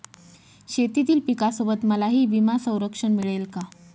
शेतीतील पिकासोबत मलाही विमा संरक्षण मिळेल का?